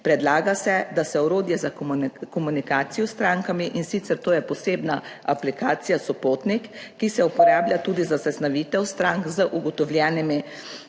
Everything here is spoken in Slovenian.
Predlaga se, da se orodje za komunikacijo s strankami, in sicer to je posebna aplikacija Sopotnik, ki se uporablja / znak za konec razprave/ tudi za sestavitev strank z ugotovljenimi